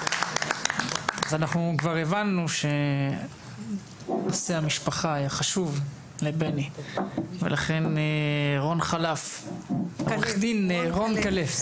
אז אנחנו כבר הבנו שנושא המשפחה היה חשוב לבני ולכן עורך דין רון כלף,